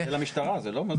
למשטרה.